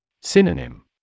Synonym